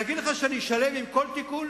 להגיד לך שאני שלם עם כל תיקון?